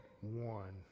one